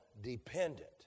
dependent